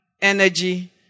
energy